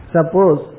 Suppose